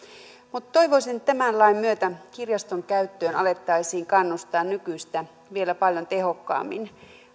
mutta toivoisin että tämän lain myötä kirjaston käyttöön alettaisiin kannustaa nykyistä vielä paljon tehokkaammin